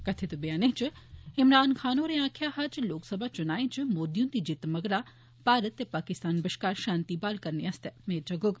कथित बयानै च इमरान खान होरें आक्खेआ हा जे लोकसभा चुनाएं इच मोदी हुंदी जित्त मगरा भारत ते पाकिस्तान बश्कार शांति बहाल करने आस्तै मेद जगोग